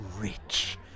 rich